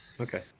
okay